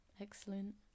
Excellent